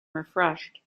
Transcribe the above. refreshed